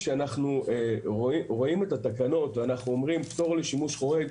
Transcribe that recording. כשאנחנו רואים את התקנות ואנחנו אומרים פטור לשימוש חורג,